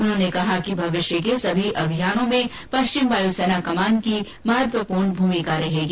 उन्होंने कहा कि भविष्य के सभी अभियानों में पश्चिम वायु ्सेना कमान की महत्वपूर्ण भूमिका रहेगी